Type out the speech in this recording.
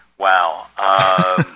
Wow